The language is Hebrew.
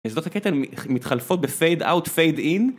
ושדות הקטל (?) מתחלפות בפייד אאוט פייד אין